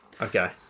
Okay